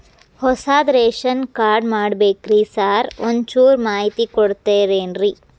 ಹೊಸದ್ ration card ಮಾಡ್ಬೇಕ್ರಿ sir ಒಂಚೂರ್ ಮಾಹಿತಿ ಕೊಡ್ತೇರೆನ್ರಿ?